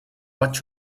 what